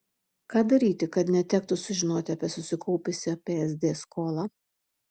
ką daryti kad netektų sužinoti apie susikaupusią psd skolą